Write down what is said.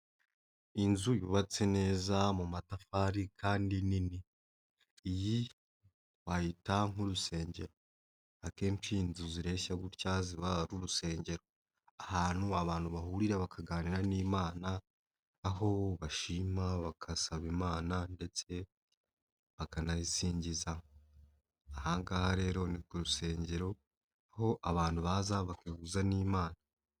Inzu yubatse neza mu matafari kandi nini. Iyi wayihita nk'urusengero. Akenshi inzu zireshya gutya ziba ari urusengero. Ahantu abantu bahurira bakaganira n'Imana, aho bashima, bagasaba Imana ndetse bakanayisingiza. Aha ngaha rero ni ku rusengero aho abantu baza bagahuza n'Imana.